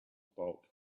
bulk